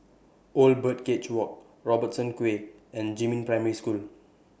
Old Birdcage Walk Robertson Quay and Jiemin Primary School